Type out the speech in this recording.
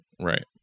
right